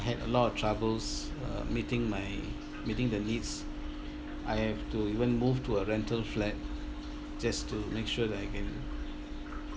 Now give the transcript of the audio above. I had a lot of troubles uh meeting my meeting the needs I have to even move to a rental flat just to make sure that I can